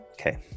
Okay